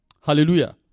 Hallelujah